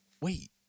wait